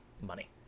money